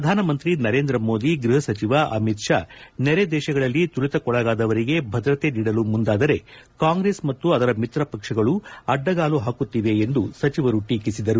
ಪ್ರಧಾನಮಂತ್ರಿ ನರೇಂದ್ರ ಮೋದಿ ಗೃಹ ಸಚಿವ ಅಮಿತ್ ಷಾ ನೆರೆ ದೇಶಗಳಲ್ಲಿ ತುಳತಕ್ಕೊಳಗಾದವರಿಗೆ ಭದ್ರತೆ ನೀಡಲು ಮುಂದಾದರೆ ಕಾಂಗ್ರೆಸ್ ಮತ್ತು ಅದರ ಮಿತ್ರ ಪಕ್ಷಗಳು ಅಡ್ಡಗಾಲು ಹಾಕುತ್ತಿವೆ ಎಂದು ಸಚಿವರು ಟೀಕಿಸಿದರು